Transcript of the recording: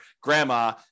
grandma